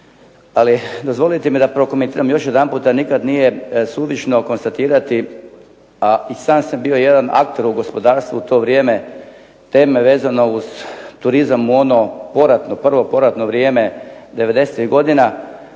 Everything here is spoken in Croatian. ali dozvolite mi da prokomentiram još jedanputa, nikad nije suvišno konstatirati, a i sam sam bio jedan akter u gospodarstvu u to vrijeme teme vezano uz turizam u ono poratno, prvo poratno vrijeme 90-ih godina